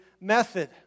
method